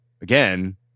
again